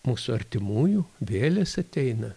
mūsų artimųjų vėlės ateina